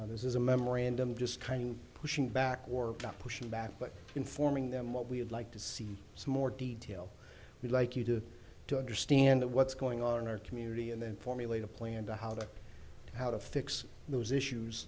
this is a memorandum just kind of pushing back or come pushing back but informing them what we would like to see some more detail we'd like you to to understand what's going on in our community and then formulate a plan to how to how to fix those issues